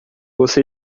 você